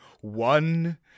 one